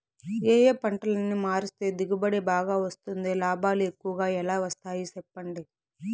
ఏ ఏ పంటలని మారిస్తే దిగుబడి బాగా వస్తుంది, లాభాలు ఎక్కువగా ఎలా వస్తాయి సెప్పండి